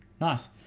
nice